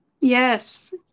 Yes